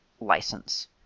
license